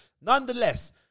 Nonetheless